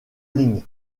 lin